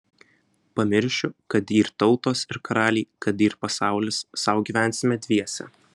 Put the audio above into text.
pamiršiu kad yr tautos ir karaliai kad yr pasaulis sau gyvensime dviese